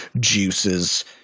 juices